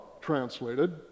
translated